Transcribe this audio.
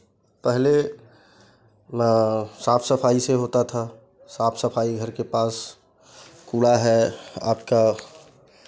पहले साफ सफाई से होता था साफ सफाई घर के पास कूड़ा है आपका